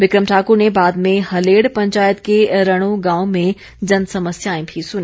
बिक्रम ठाकुर ने बाद में हलेड़ पंचायत के रणो गांव में जनसमस्याएं भी सुनी